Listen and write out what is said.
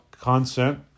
Consent